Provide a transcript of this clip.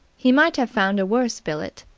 he might have found a worse billet.